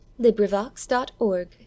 Librivox.org